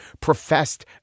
professed